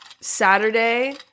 Saturday